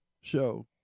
show